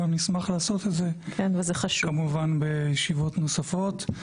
אני אשמח לעשות את זה כמובן בישיבות נוספות.